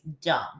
dumb